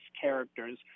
characters